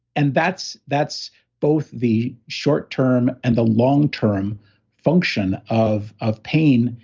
and that's that's both the short term and the long term function of of pain